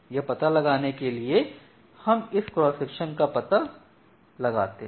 यह पता लगाने के लिए हम इस क्रॉस सेक्शन का पता लगाते हैं